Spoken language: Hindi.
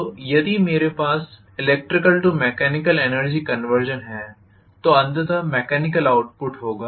तो यदि मेरे पास electrical to mechanical energy conversion है तो अंततः मेकेनिकल आउटपुट होगा